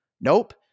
Nope